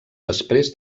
després